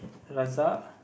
Razak